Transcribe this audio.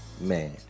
man